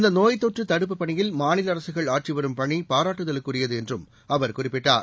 இந்த நோய் தொற்று தடுப்புப் பணியில் மாநில அரசுகள் ஆற்றி வரும் பணிபாராட்டுதலுக்குரியது என்றும் அவர் குறிப்பிட்டார்